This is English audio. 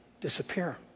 disappear